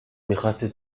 میخاستی